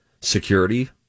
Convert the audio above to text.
security